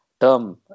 term